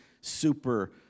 super